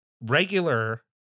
regular